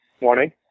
Morning